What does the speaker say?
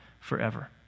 forever